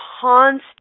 constant